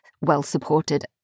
well-supported